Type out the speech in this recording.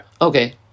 Okay